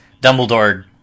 Dumbledore